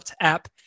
app